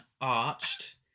arched